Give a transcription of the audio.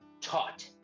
taught